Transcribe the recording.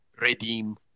redeem